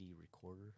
recorder